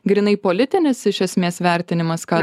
grynai politinis iš esmės vertinimas ką